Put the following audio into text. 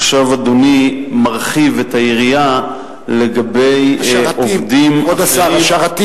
עכשיו אדוני מרחיב את היריעה לעובדים כבוד השר,